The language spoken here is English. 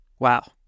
wow